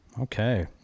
Okay